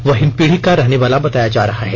वह हिन्दपीढ़ी का रहने वाला बताया जा रहा है